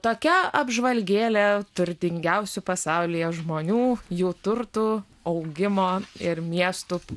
tokia apžvalgėlė turtingiausių pasaulyje žmonių jų turtų augimo ir miestų